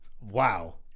Wow